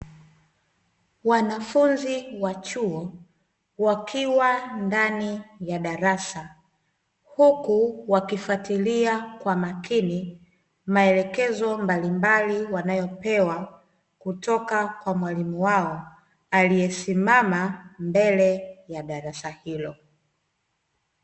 Wanafunzi wa chuo wakiwa ndani ya darasa, huku wakifatilia kwa makini maelekezo, mbalimbali wanayopewa kutoka kwa mwalimu wao, aliyesimama mbele ya darasa hilo.